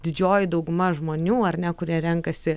didžioji dauguma žmonių ar ne kurie renkasi